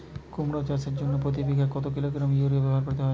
কুমড়ো চাষের জন্য প্রতি বিঘা কত কিলোগ্রাম ইউরিয়া ব্যবহার করতে হবে?